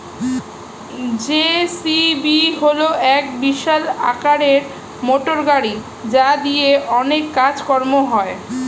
JCB হল এক বিশাল আকারের মোটরগাড়ি যা দিয়ে অনেক কাজ কর্ম হয়